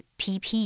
pp